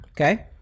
Okay